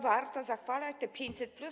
Warto zachwalać te 500+?